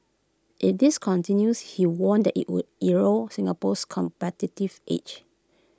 if this continues he warned that IT would erode Singapore's competitive edge